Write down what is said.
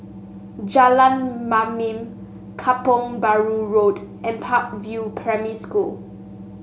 Jalan Mamam Kampong Bahru Road and Park View Primary School